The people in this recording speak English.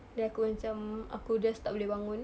then aku macam aku just tak boleh bangun